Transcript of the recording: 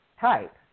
type